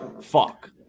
fuck